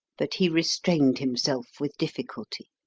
but he restrained himself with difficulty.